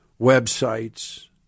websites